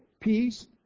peace